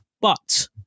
But-